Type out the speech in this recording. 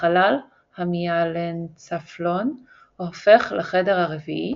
לחלל המיאלנצפלון ההופך לחדר הרביעי,